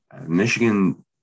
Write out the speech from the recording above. Michigan